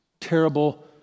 terrible